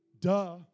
duh